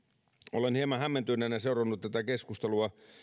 olen hieman hämmentyneenä seurannut tätä keskustelua